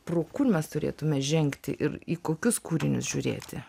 pro kur mes turėtume žengti ir į kokius kūrinius žiūrėti